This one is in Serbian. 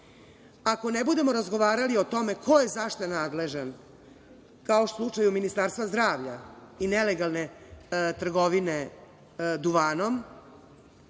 ne budemo razgovarali o tome ko je za šta nadležan, kao što je slučaj Ministarstva zdravlja i nelegalne trgovine duvanom,